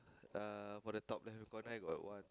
uh for the top left hand corner I got one